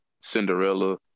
Cinderella